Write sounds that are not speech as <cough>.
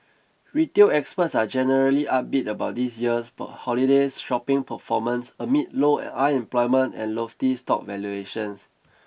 retail experts are generally upbeat about this year's <unintelligible> holidays shopping performance amid low unemployment and lofty stock valuations